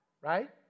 Right